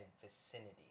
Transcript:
vicinity